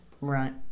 Right